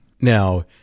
Now